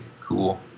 cool